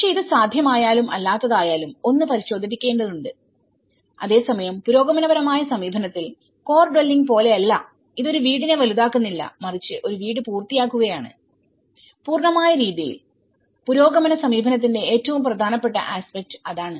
പക്ഷേ ഇത് സാധ്യമായാലും അല്ലാത്തതായാലും ഒന്ന് പരിശോധിക്കേണ്ടതുണ്ട്അതേസമയം പുരോഗമനപരമായ സമീപനത്തിൽ കോർ ഡ്വെല്ലിംഗ് പോലെയല്ല ഇത് ഒരു വീടിനെ വലുതാക്കുന്നില്ല മറിച്ച് ഒരു വീട് പൂർത്തിയാക്കുകയാണ് പൂർണ്ണമായ രീതിയിൽ പുരോഗമന സമീപനത്തിന്റെ ഏറ്റവും പ്രധാനപ്പെട്ട ആസ്പെക്ട് അതാണ്